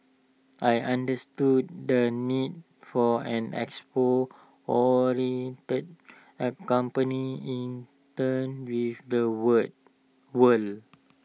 I understood the need for an export oriented A company in turn with the world world